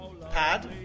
Pad